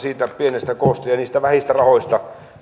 pienestä koosta ja niistä vähistä